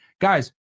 Guys